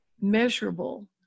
measurable